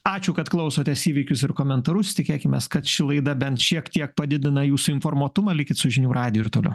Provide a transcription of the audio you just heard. ačiū kad klausotės įvykius ir komentarus tikėkimės kad ši laida bent šiek tiek padidina jūsų informuotumą likite su žinių radiju ir toliau